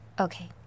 Okay